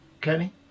Kenny